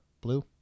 blue